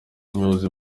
ubuyobozi